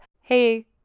hey